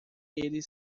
ele